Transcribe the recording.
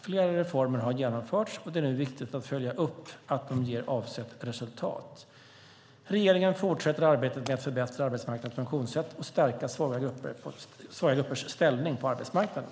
Flera reformer har genomförts, och det är nu viktigt att följa upp att de ger avsett resultat. Regeringen fortsätter arbetet med att förbättra arbetsmarknadens funktionssätt och att stärka svaga gruppers ställning på arbetsmarknaden.